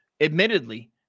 Admittedly